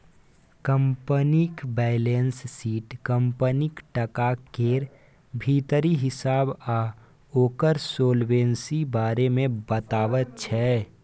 कंपनीक balance sheet कंपनीक टका केर भीतरी हिसाब आ ओकर सोलवेंसी बारे मे बताबैत छै